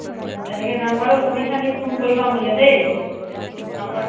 তেনেকে যাম বাৰু তুমি খালি ফোন কৰিবা মোলৈ দেই নকৰা